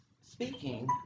Speaking